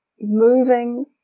moving